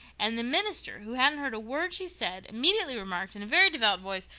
and the minister, who hadn't heard a word she said, immediately remarked, in a very devout voice,